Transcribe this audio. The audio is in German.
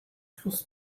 fluss